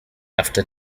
after